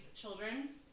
children